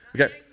Okay